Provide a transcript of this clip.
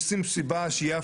העלות של השקית עצמה.